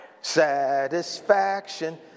Satisfaction